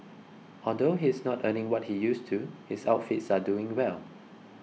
although he is not earning what he used to his outfits are doing well